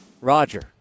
Roger